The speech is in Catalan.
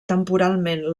temporalment